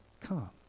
come